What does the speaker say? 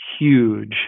huge